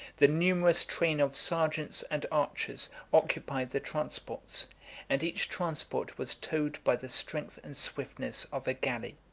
the numerous train of sergeants and archers occupied the transports and each transport was towed by the strength and swiftness of a galley.